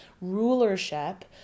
rulership